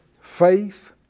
faith